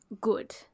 good